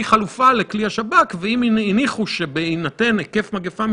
אני מציע לבדוק את האפשרות להצמיד את